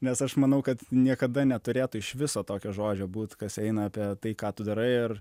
nes aš manau kad niekada neturėtų iš viso tokio žodžio būt kas eina apie tai ką tu darai ar